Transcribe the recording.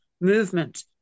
movement